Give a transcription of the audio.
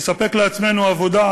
לספק לעצמנו עבודה,